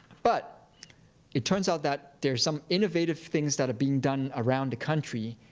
but it turns out that there's some innovative things that are being done around the country,